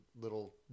little